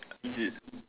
is it